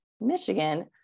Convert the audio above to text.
Michigan